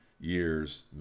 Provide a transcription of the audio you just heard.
years